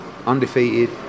Undefeated